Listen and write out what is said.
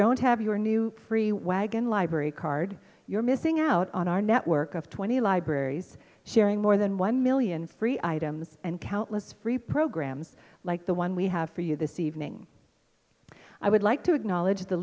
don't have your new free wagon library card you're missing out on our network of twenty libraries sharing more than one million free items and countless free programs like the one we have for you this evening i would like to acknowledge